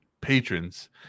patrons